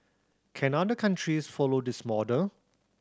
can other countries follow this model